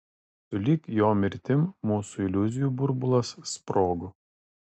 sulig jo mirtim mūsų iliuzijų burbulas sprogo